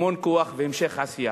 המון כוח והמשך עשייה.